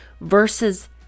versus